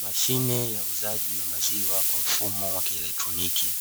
Mashine ya uuzaji wa maziwa kwa mfumo wa kieletroniki,